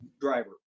driver